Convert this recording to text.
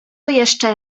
jeszcze